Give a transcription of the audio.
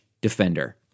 Defender